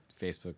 Facebook